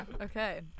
Okay